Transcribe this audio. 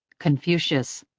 confucius.